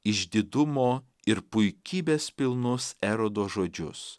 išdidumo ir puikybės pilnus erodo žodžius